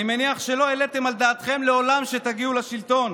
אני מניח שלא העליתם על דעתכם לעולם שתגיעו לשלטון,